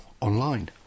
online